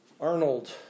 Arnold